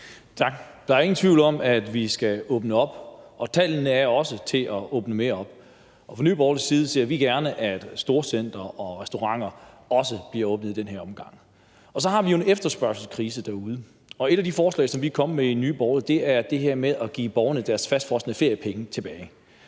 Tak. Der er ingen tvivl om, at vi skal åbne op, og tallene er også til, at vi åbner mere op. Fra Nye Borgerliges side ser vi gerne, at storcentre og restauranter også bliver åbnet i den her omgang. Så har vi jo en efterspørgselskrise, og et af de forslag, som vi er kommet med i Nye Borgerlige, er det her med at give borgerne deres fastfrosne feriepenge tilbage.